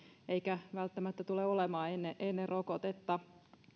eikä välttämättä tule olemaan ennen rokotetta